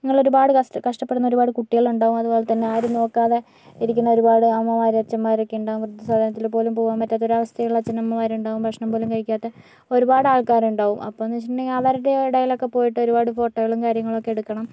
ഇങ്ങനെ ഒരുപാട് കഷ് കഷ്ട്ടപ്പെടുന്ന ഒരുപാട് കുട്ടികളൊണ്ടാവും അതുപോലെതന്നെ ആരും നോക്കാതെ ഇരിക്കുന്ന ഒരുപാട് അമ്മമാരും അച്ഛന്മാരെക്കെ ഉണ്ടാവും വൃദ്ധസദനത്തില് പോലും പൂവാൻ പറ്റാത്ത ഒരവസ്ഥയുള്ള അച്ഛനമ്മമാരുണ്ടാവും ഭക്ഷണം പോലും കഴിക്കാത്ത ഒരുപാട് ആൾക്കാരുണ്ടാവും അപ്പന്ന് വെച്ചിട്ടുണ്ടെങ്കി അവർടെ എടേലക്കെപ്പോയിട്ട് ഒരുപാട് ഫോട്ടോകളും കാര്യങ്ങളുവൊക്കെ എടുക്കണം